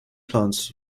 plants